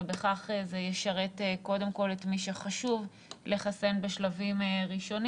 ובכך זה ישרת קודם כול את מי שחשוב לחסן בשלבים ראשונים.